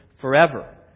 forever